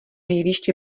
jeviště